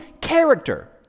character